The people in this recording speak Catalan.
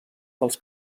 dels